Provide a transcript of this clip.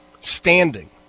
standing